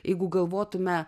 jeigu galvotume